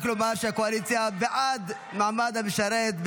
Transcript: רק לומר שהקואליציה בעד מעמד המשרת,